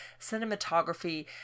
cinematography